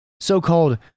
So-called